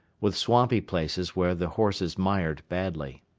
with swampy places where the horses mired badly.